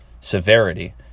severity